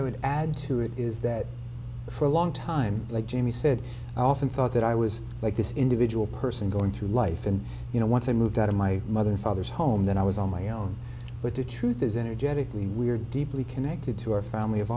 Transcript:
i would add to it is that for a long time like jimmy said i often thought that i was like this individual person going through life and you know once i moved out of my mother and father's home that i was on my own but the truth is energetically we are deeply connected to our family of